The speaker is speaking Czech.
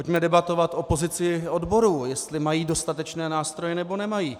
Pojďme debatovat o pozici odborů, jestli mají dostatečné nástroje, nebo nemají.